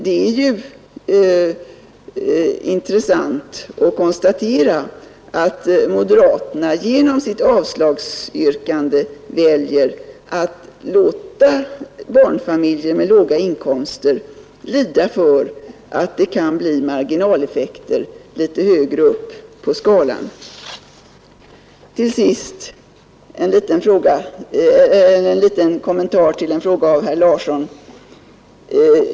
Det är intressant att konstatera att moderaterna genom sitt avslagsyrkande väljer att låta barnfamiljer med låga inkomster lida för att det kan bli marginaleffekter litet högre upp på skalan. Till sist en liten kommentar till en fråga av herr Larsson i Borrby.